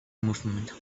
movement